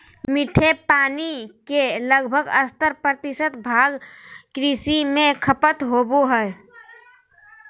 मीठे पानी के लगभग सत्तर प्रतिशत भाग कृषि में खपत होबो हइ